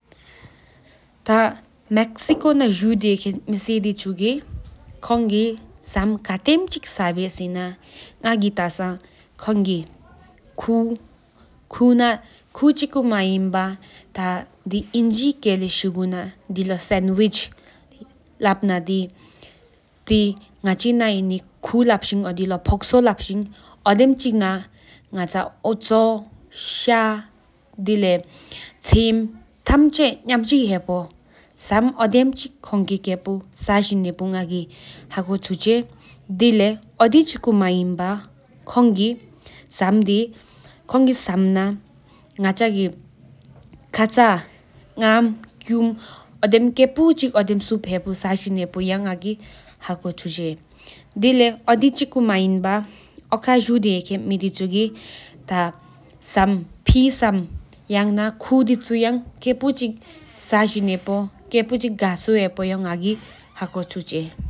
ཐ་ མེཀསི་ཀོ་ན ཇུའུ དེ ཧེ་ཁེན་ མེ་སི བདེ་ཆོ་གི སམ ཁ་ཐེམ ཆི ཁོ་ངོ ཀེཔོ ས་ཇིན་ཧེ་པོ དུ་ སེ་ན ང་གི ཏ་ས་ཁོ་ངི་ཁུ་དེ ནང་ལོ་ ཨོ་ཆོ་ཤྱ ཆིམ་ཐམ་ཆེ ལུགས་ཏི་ ས་ཧེ་པོ ང་གི་ཧ་ཁོ་ཆུ་ཆེ། དེ་ལེགས། ཞོ་དྷེ་ཆིཀོ་མེ་ན་བ་སམ་དི་ན་ཁ་ཆ་ངམ་ཁྱུམ་ལུགས་ཏི་ སོ་ཨབ་ས་ཧེ་པོ ཡ་ ང་གི་ཧ་ཁོ་ཆུ་པོ ཨིན། དེ་ལེགས ཨོ་ཁའི་ མེ་དེ་ཆུ་གི སམ་ན་ལེགས ཁུ་སམ་ དེ་ལོ་སེན་བདེ་ལོ་གེ་ཕུའི་ ག་ཆུ་ཁྱབ་ཧེ་ཧལ ང་གི་ ཧ་རོ་ཆུ་ཆེ།